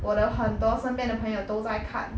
我的很多身边的朋友都在看